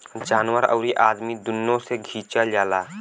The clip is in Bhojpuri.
जानवर आउर अदमी दुनो से खिचल जाला